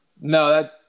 No